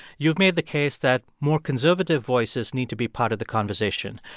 you've made the case that more conservative voices need to be part of the conversation.